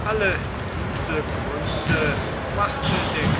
strada de bello belgico dec ii l vi alle diese gründe machte der